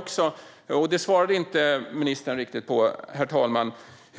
Ministern svarade inte riktigt på hur